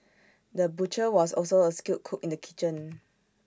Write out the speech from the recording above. the butcher was also A skilled cook in the kitchen